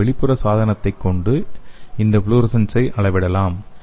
ஒரு வெளிப்புற சாதனத்தை கொண்டு இந்த ஃப்ளோரசன்ஸை அளவிடலாம்